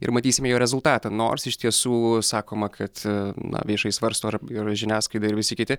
ir matysime jo rezultatą nors iš tiesų sakoma kad na viešai svarsto ir ir žiniasklaida ir visi kiti